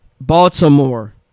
Baltimore